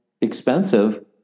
expensive